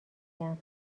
بگم